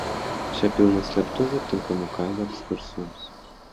čia pilna slėptuvių tinkamų kazio ekskursijoms